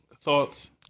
Thoughts